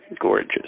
Gorgeous